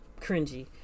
cringy